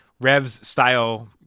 Revs-style